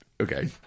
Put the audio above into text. Okay